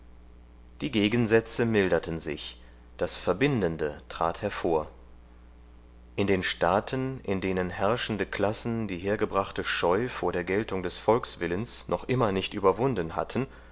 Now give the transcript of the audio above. die gegensätze milderten sich das verbindende trat hervor in den staaten in denen herrschende klassen die hergebrachte scheu vor der geltung des volkswillens noch immer nicht überwunden hatten